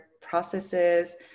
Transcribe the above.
processes